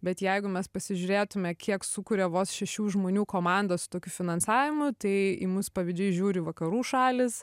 bet jeigu mes pasižiūrėtume kiek sukuria vos šešių žmonių komanda su tokiu finansavimu tai į mus pavydžiai žiūri vakarų šalys